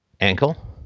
ankle